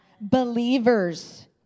Believers